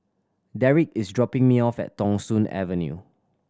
Darrick is dropping me off at Thong Soon Avenue